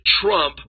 Trump